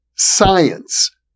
science